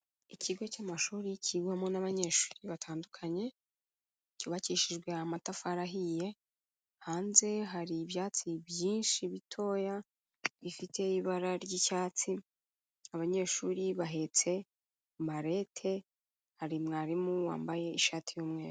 Ikigo cy'amashuri kigwamo n'abanyeshuri batandukanye, cyubakishijwe amatafari ahiye, hanze hari ibyatsi byinshi bitoya bifite ibara ry'icyatsi, abanyeshuri bahetse marete, hari mwarimu wambaye ishati y'umweru.